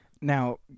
Now